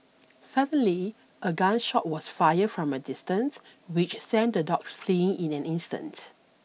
suddenly a gun shot was fired from a distance which sent the dogs fleeing in an instant